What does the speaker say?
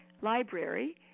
library